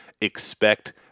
expect